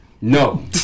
no